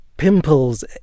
pimples